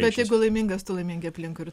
bet jeigu laimingas tu laimingi aplinkui ir